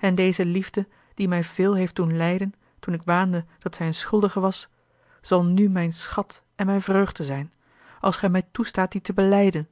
en deze liefde die mij veel heeft doen lijden toen ik waande dat zij eene schuldige was zal nu mijn schat en mijne vreugde zijn als gij mij toestaat die te belijden